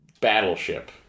battleship